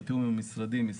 בתיאום עם משרד הפנים,